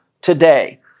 today